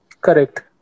Correct